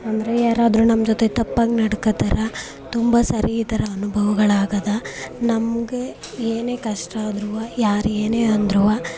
ಅಂದರೆ ಯಾರಾದರೂ ನಮ್ಮ ಜೊತೆ ತಪ್ಪಾಗಿ ನಡ್ಕೋತಾರೆ ತುಂಬ ಸರಿ ಈ ಥರ ಅನುಭವಗಳಾಗಿದೆ ನಮಗೆ ಏನೇ ಕಷ್ಟ ಆದ್ರೂ ಯಾರೇ ಏನೇ ಅಂದ್ರೂ